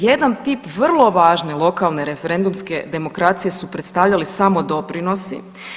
Jedan tip vrlo važne lokalne referendumske demokracije su predstavljali samodoprinosi.